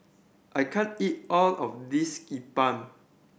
I can't eat all of this E Bua